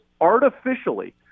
artificially